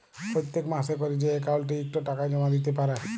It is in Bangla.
পত্তেক মাসে ক্যরে যে অক্কাউল্টে ইকট টাকা জমা দ্যিতে পারে